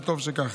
וטוב שכך.